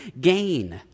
gain